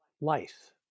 life